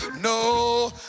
No